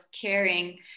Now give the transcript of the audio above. caring